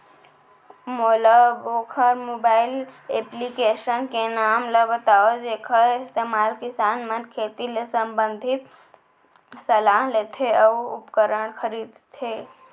मोला वोकर mobile application के नाम ल बतावव जेखर इस्तेमाल किसान मन खेती ले संबंधित सलाह लेथे अऊ उपकरण खरीदथे?